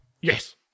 Yes